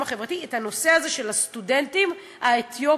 החברתי את הנושא הזה של הסטודנטים האתיופים,